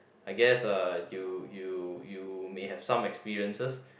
I guess uh you you you may have some experiences